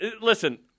Listen